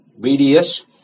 BDS